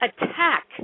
attack